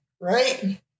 right